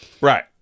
Right